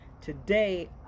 Today